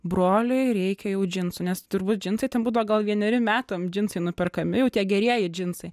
broliui reikia jau džinsų nes turbūt džinsai ten budavo gal vieneri metam džinsai nuperkami jau tie gerieji džinsai